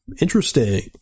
interesting